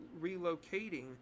relocating